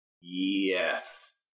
Yes